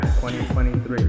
2023